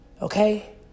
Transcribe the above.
Okay